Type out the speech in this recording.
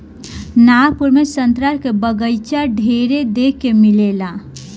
नागपुर में संतरा के बगाइचा ढेरे देखे के मिलेला